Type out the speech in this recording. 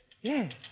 Yes